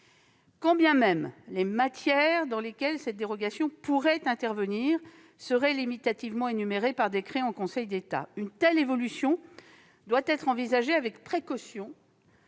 Quand bien même les matières dans lesquelles cette dérogation pourrait intervenir seraient limitativement énumérées par décret en Conseil d'État, une telle évolution doit être envisagée avec précaution